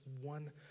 one